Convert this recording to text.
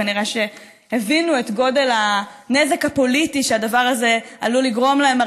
כנראה הבינו את גודל הנזק הפוליטי שהדבר הזה עלול לגרום להם,